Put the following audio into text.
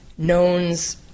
knowns